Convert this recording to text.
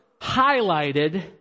highlighted